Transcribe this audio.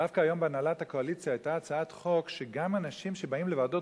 דווקא היום בהנהלת הקואליציה היתה הצעת חוק שגם אנשים שבאים לוועדות